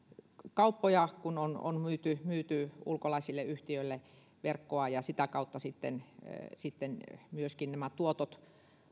kauppoja kun on on myyty ulkomaisille yhtiöille verkkoa ja sitä kautta sitten sitten myöskin nämä tuotot